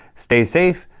stay safe,